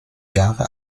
jahre